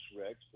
rex